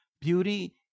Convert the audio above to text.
Beauty